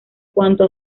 cuanto